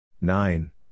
Nine